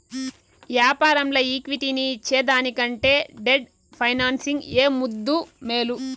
యాపారంల ఈక్విటీని ఇచ్చేదానికంటే డెట్ ఫైనాన్సింగ్ ఏ ముద్దూ, మేలు